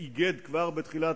יחידה